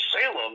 Salem